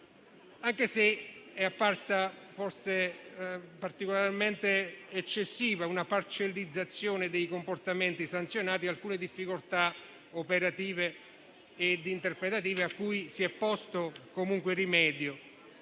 anche se è apparsa forse particolarmente eccessiva la parcellizzazione dei comportamenti sanzionati, con alcune difficoltà operative e interpretative a cui si è posto comunque rimedio.